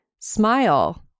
Smile